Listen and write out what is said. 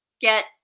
get